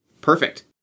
Perfect